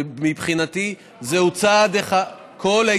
מבחינתי זהו צעד, על כל יהודה ושומרון?